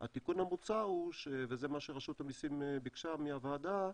התיקון המוצע, וזה מה שרשות המסים ביקשה מהוועדה,